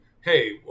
hey